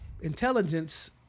intelligence